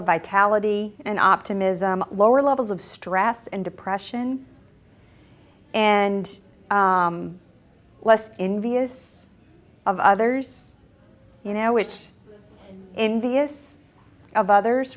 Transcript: of vitality and optimism lower levels of stress and depression and less envious of others you know which in the is of others